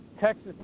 Texas